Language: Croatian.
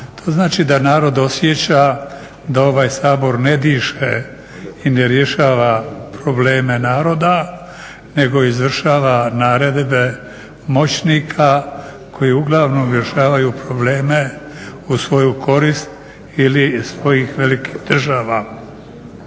to znači da narod osjeća da ovaj Sabor ne diše i ne rješava probleme naroda, nego izvršava naredbe moćnika koji uglavnom rješavaju probleme u svoju korist ili iz svojih velikih država.